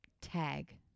tag